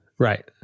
Right